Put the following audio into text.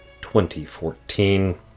2014